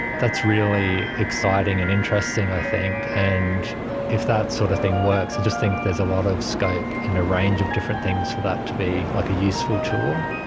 that's really exciting and interesting i think, and if that sort of thing works i just think there's a lot of scope and a range of different things for that to be like a useful tool.